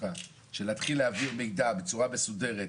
שנתחיל להעביר מידע בצורה מסודרת,